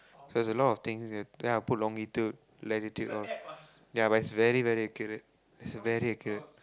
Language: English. so it's a lot of things and then I'll put longitude latitude all ya but it's very very accurate it's very accurate